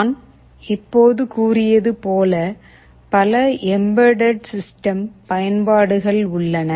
நான் இப்போது கூறியது போல பல எம்பெட்டட் சிஸ்டம் பயன்பாடுகள் உள்ளன